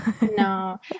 no